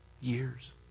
Years